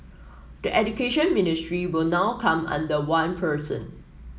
the Education Ministry will now come under one person